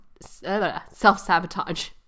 self-sabotage